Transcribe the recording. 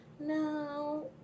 No